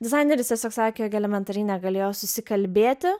dizaineris tiesiog sakė jog elementariai negalėjo susikalbėti